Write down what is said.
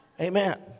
amen